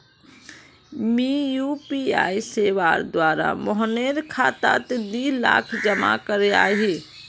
मी यु.पी.आई सेवार द्वारा मोहनेर खातात दी लाख जमा करयाही